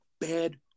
bad